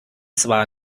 zwar